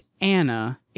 Anna